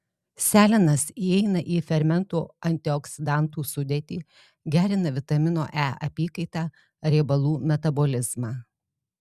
selenas įeina į fermentų antioksidantų sudėtį gerina vitamino e apykaitą riebalų metabolizmą